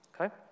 Okay